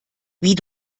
wie